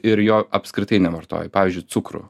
ir jo apskritai nevartoji pavyzdžiui cukrų